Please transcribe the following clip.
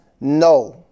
no